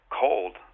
cold